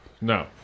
no